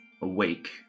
awake